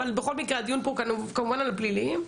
הדיון כאן הוא כמובן על הפליליים.